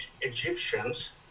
Egyptians